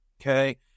Okay